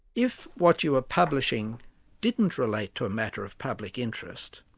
if what you were publishing didn't relate to a matter of public interest,